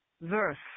verse